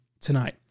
tonight